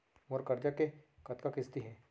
मोर करजा के कतका किस्ती हे?